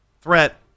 threat